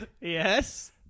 yes